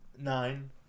Nine